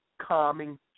calming